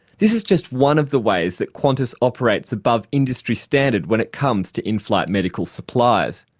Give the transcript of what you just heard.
this is just one of the ways that qantas operates above industry standard when it comes to in-flight medical supplies.